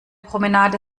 promenade